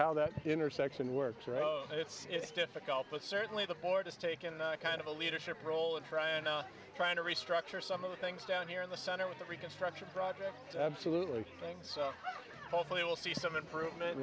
how that intersection works it's difficult but certainly the board has taken kind of a leadership role in trying trying to restructure some of the things down here in the senate with the reconstruction projects absolutely things so hopefully we'll see some improvement